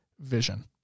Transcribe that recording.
vision